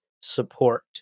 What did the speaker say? support